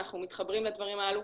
אנחנו מתחברים לדברים הללו,